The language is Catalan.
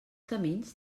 camins